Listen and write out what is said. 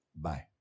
Bye